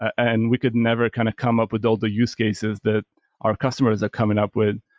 and we could never kind of come up with all the use cases that our customers are coming up with.